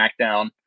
SmackDown